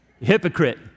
Hypocrite